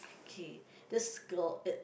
okay this girl it